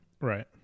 right